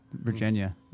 Virginia